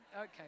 Okay